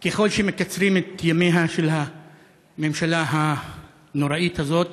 ככל שמקצרים את ימיה של הממשלה הנוראית הזאת,